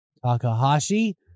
Takahashi